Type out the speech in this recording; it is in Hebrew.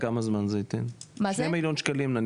לכמה זמן זה שני מיליון שקלים?